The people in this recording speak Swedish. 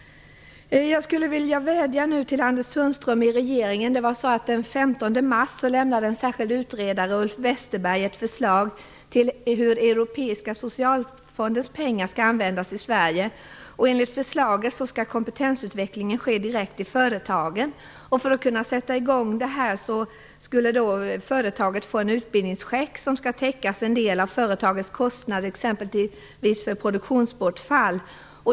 Jag vädjar till Anders Sundström och regeringen. Den 15 mars lämnade nämligen en särskild utredare, Ulf Westerberg, ett förslag till hur den europeiska socialfondens pengar skall användas i Sverige. Enligt förslaget skall kompetensutvecklingen ske direkt i företagen. För att kunna sätta i gång detta skulle företaget få en utbildningscheck som skulle täcka en del av företagets kostnader exempelvis för produktionsbortfall.